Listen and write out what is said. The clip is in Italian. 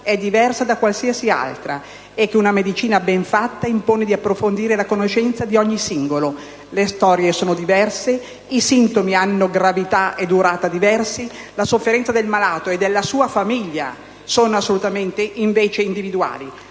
è diversa da qualsiasi altra e che una medicina ben fatta impone di approfondire la conoscenza di ogni singolo; le storie sono diverse, i sintomi hanno gravità e durata diversi, la sofferenza del malato e della sua famiglia è assolutamente individuale.